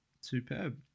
superb